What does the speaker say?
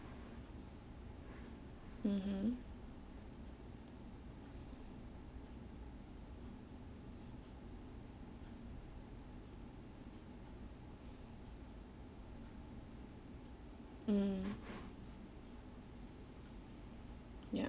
mmhmm mm